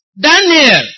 Daniel